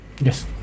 Yes